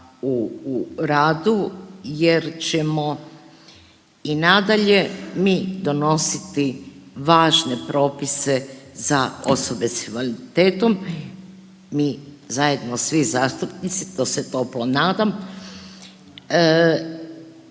u radu jer ćemo i nadalje mi donositi važne propise za osobe s invaliditetom, mi zajedno svi zastupnici to se toplo nadam